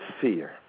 Fear